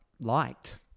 liked